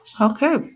Okay